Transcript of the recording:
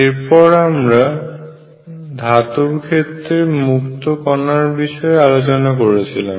এরপর আমরা ধাতুর ক্ষেত্রে মুক্ত কণার বিষয়ে আলোচনা করেছিলাম